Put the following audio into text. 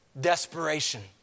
desperation